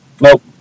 nope